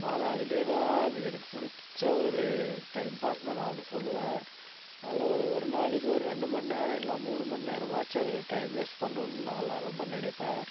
நானும் அதில் தான் ஆனால் அது எனக்கு பிடிச்ச ஒரு டைம் பாஸ் தான் நானும் சொல்வேன் அதில் ஒரு ஒரு நாளைக்கு ஒரு ரெண்டு மணிநேரம் இல்லை மூணு மணிநேரமாச்சும் அதில் டைம் வேஸ்ட் பண்ணணும்னு நான்லாம் ரொம்ப நினைப்பேன்